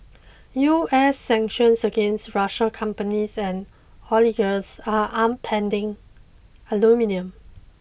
US sanctions against Russian companies and oligarchs are upending aluminium